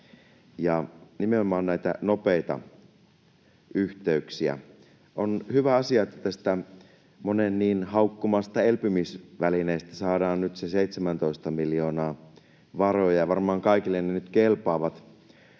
ja nimenomaan näitä nopeita yhteyksiä. On hyvä asia, että tästä monen niin haukkumasta elpymisvälineestä saadaan nyt se 17 miljoonaa varoja. Varmaan kaikille ne nyt kelpaavat.